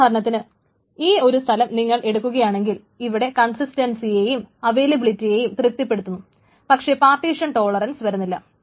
ഉദാഹരണത്തിന് ഈ ഒരുസ്ഥലം നിങ്ങൾ എടുക്കുകയാണെങ്കിൽ അത് കൺസിസ്റ്റൻസിയേയും അവൈലബിലിറ്റിയേയും തൃപ്തിപ്പെടുത്തുന്നു പക്ഷേ പാർട്ടീഷൻ ടോലറൻസ് വരുന്നില്ല